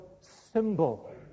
symbol